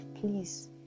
please